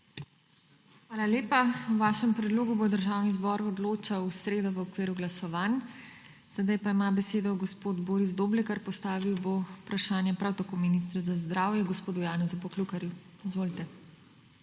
Hvala lepa. O vašem predlogu bo Državni zbor odločal v sredo v okviru glasovanj. Sedaj pa ima besedo gospod Boris Doblekar. Postavil bo vprašanje prav tako ministru za zdravje gospodu Janezu Poklukarju. Izvolite.